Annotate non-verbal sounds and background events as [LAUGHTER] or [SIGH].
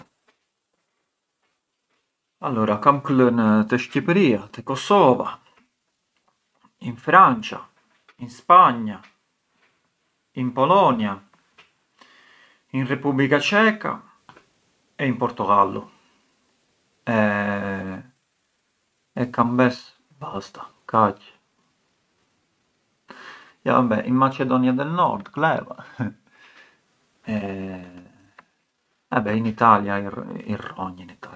Allura kam klënë te Shqipëria, te Kosova, in Francia, in Spagna, in Polonia, in Repubblica Ceca e in Portogallo e kam bes… basta, jo vabbè in Macedonia del Nord kleva, vabbè in italia [UNINTELLIGIBLE]